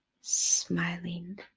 Smiling